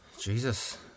Jesus